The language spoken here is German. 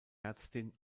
ärztin